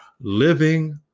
Living